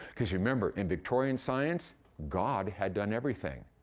because remember, in victorian science, god had done everything.